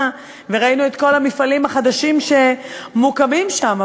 וראינו את כל המפעלים החדשים שמוקמים שם,